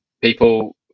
People